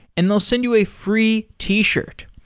and they'll send you a free t-shirt.